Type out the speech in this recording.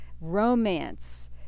romance